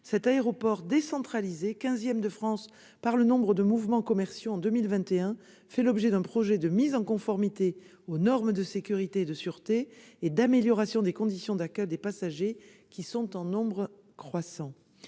Cet aéroport décentralisé, quinzième de France par le nombre de mouvements commerciaux en 2021, fait l'objet d'un projet de mise en conformité aux normes de sécurité et de sûreté et d'amélioration des conditions d'accueil des passagers, qui sont en nombre croissant.